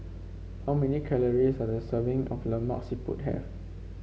how many calories does a serving of Lemak Siput have